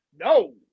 no